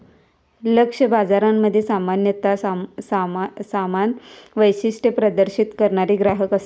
लक्ष्य बाजारामध्ये सामान्यता समान वैशिष्ट्ये प्रदर्शित करणारे ग्राहक असतत